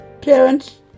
Parents